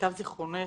למיטב זיכרוני,